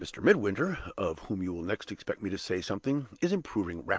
mr. midwinter, of whom you will next expect me to say something, is improving rapidly.